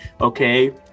okay